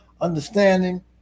understanding